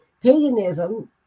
paganism